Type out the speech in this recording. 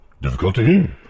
Difficulty